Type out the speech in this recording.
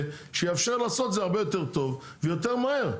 שיאפשר לעשות את זה הרבה יותר טוב ויותר מהר.